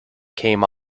came